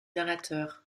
narrateur